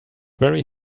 very